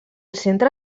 centre